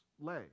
lay